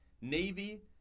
Navy